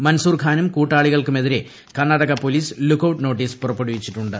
മൻസൂർ ഖാനും കൂട്ടാളികൾക്കുമെതിരെ Karnataka police look out notice പുറപ്പെടുവിച്ചിട്ടു ്